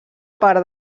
part